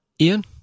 Ian